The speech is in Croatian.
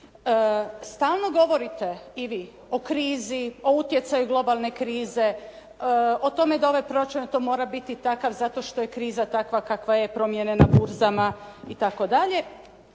Stalno govorite i vi o krizi, o utjecaju globalne krize, o tome da ovaj proračun da to mora biti takav zato što je kriza takva kakva je promjene na burzama i